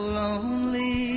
lonely